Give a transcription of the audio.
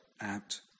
out